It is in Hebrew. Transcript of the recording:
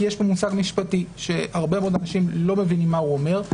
כי יש מושג משפטי שהרבה מאוד אנשים לא מבינים מה הוא אומר.